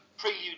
Prelude